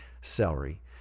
celery